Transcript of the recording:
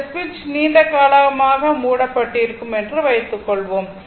இந்த சுவிட்ச் நீண்ட காலமாக மூடப்பட்டிருக்கும் என்று வைத்துக்கொள்வோம்